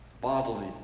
bodily